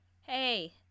hey